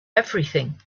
everything